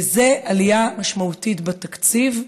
וזה עלייה משמעותית בתקציב,